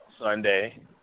Sunday